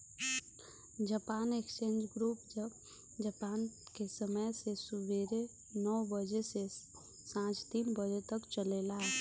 Japan exchange group Japan के समय से सुबेरे नौ बजे से सांझ तीन बजे तक चलेला